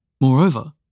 Moreover